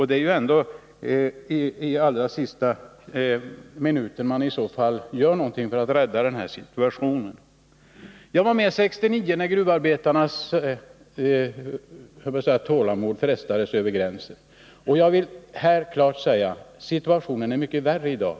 Det är ju ändå i så fall i allra sista minuten man gör någonting för att rädda situationen. Jag var med 1969, när gruvarbetarnas tålamod frestades över gränsen. Här vill jag klart säga att situationen är mycket värre i dag.